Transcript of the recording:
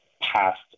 past